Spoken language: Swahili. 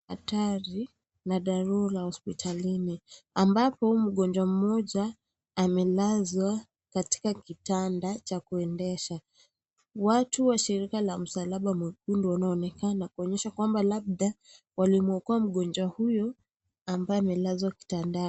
Daktari na dharura hospitalini. Ambapo mgonjwa mmoja amelazwa katika kitanda cha kuendesha. Watu wa shirika wa msalaba mwekundu wanaonekana kuonyesha kwamba, labda, walimwokoa mgonjwa huyu ambaye amelazwa kitandani.